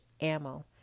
ammo